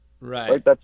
right